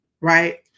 right